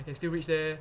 I can still reach there